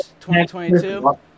2022